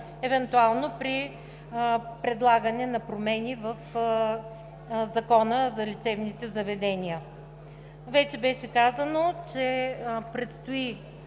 евентуално при предлагане на промени в Закона за лечебните заведения. Вече беше казано, че предстои